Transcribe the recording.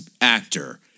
actor